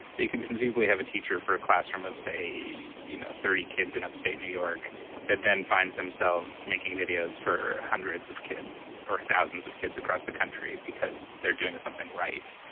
that you can conceivably have a teacher for a classroom of, say, you know, thirty kids in upstate new york that then finds themselves making videos for hundreds of kids or thousands of kids across the country because they're doing something right.